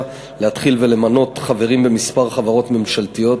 להתחיל למנות חברים לכמה חברות ממשלתיות,